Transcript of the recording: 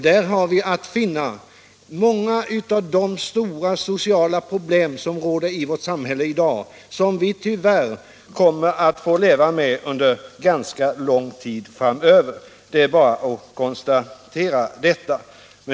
Här har vi att finna orsaken till många av de stora sociala problem, som råder i vårt samhälle i dag och som vi tyvärr kommer att få leva med under ganska lång tid framöver. Det är bara att konstatera detta.